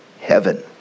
heaven